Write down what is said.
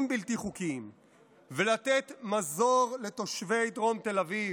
בלתי חוקיים ולתת מזור לתושבי דרום תל אביב,